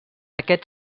aquest